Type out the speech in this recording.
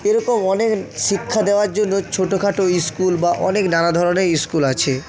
এরকম অনেক শিক্ষা দেওয়ার জন্য ছোটো খাটো স্কুল বা অনেক নানা ধরনের স্কুল আছে